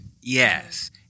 yes